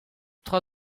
tra